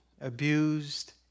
abused